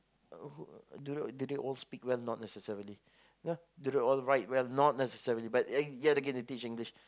uh do they all speak well not necessarily ya do they all write well not necessarily but uh ya they get to teach English